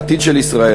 העתיד של ישראל,